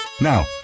Now